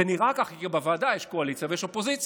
זה נראה כך, כי בוועדה יש קואליציה ויש אופוזיציה,